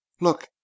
Look